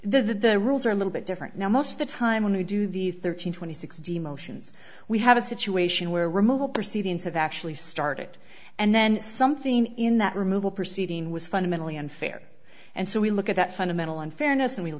jurisdiction the rules are a little bit different now most of the time when we do these thirteen twenty six d motions we have a situation where removal proceedings have actually started and then something in that removal proceeding was fundamentally unfair and so we look at that fundamental unfairness and we